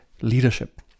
leadership